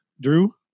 Drew